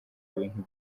bintu